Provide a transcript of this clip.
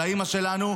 על האימא שלנו,